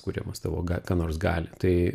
kuriamas tavo gal ką nors gali tai